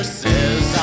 says